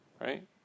right